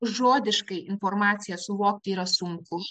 žodiškai informaciją suvokti yra sunku